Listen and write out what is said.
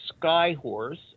Skyhorse